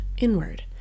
inward